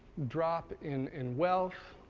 drop in in wealth.